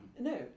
No